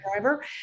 driver